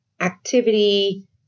activity